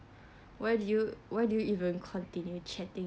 why do you why do you even continue chatting